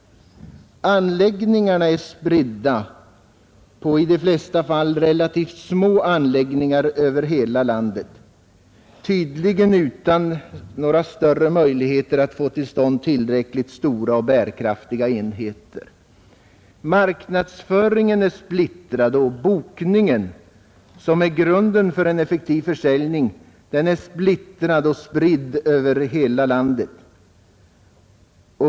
Anläggningarna är spridda på, i de flesta fall, relativt små anläggningar över hela landet, tydligen utan någon större möjlighet att få till stånd tillräckligt stora och kraftiga enheter. Marknadsföringen är splittrad, och bokningen, som är grunden för en effektiv försäljning, är splittrad och spridd över hela landet.